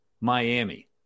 Miami